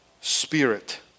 spirit